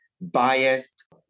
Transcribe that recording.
biased